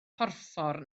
porffor